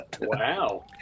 Wow